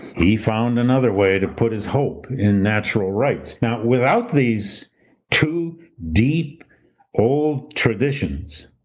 he found another way to put his hope in natural rights. now, without these two deep old traditions,